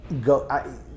go